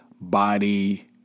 body